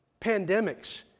pandemics